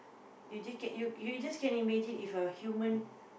irritate you you just can imagine if a human